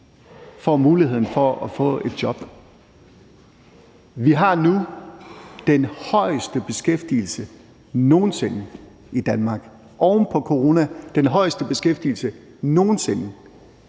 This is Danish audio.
får muligheden for at få et job. Vi har nu den højeste beskæftigelse nogen sinde i Danmark oven på corona – den højeste beskæftigelse nogen sinde.